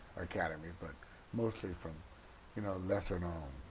academies, but mostly from you know lesser known.